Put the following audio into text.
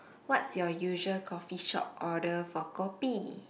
what's your usual coffee shop order for kopi